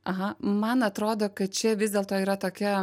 aha man atrodo kad čia vis dėlto yra tokia